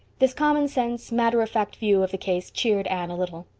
this commonsense, matter-of-fact view of the case cheered anne a little.